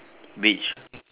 beach